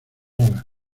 olas